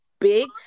big